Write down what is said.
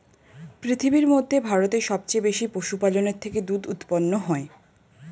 পৃথিবীর মধ্যে ভারতে সবচেয়ে বেশি পশুপালনের থেকে দুধ উৎপন্ন হয়